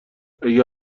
اگه